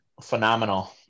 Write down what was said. phenomenal